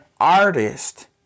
artist